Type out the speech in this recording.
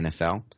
NFL